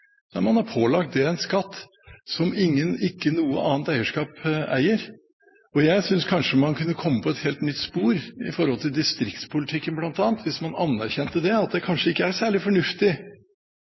man har pålagt det en skatt som ikke noe annet eierskap har. Jeg synes kanskje man kunne komme på et helt nytt spor når det gjelder bl.a. distriktspolitikken, hvis man anerkjente at det kanskje ikke er særlig fornuftig nettopp å diskriminere det